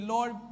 Lord